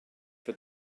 for